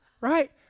right